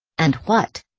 and what?